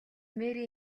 мэри